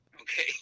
Okay